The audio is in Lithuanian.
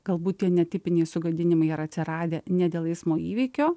galbūt tie netipiniai sugadinimai yra atsiradę ne dėl eismo įvykio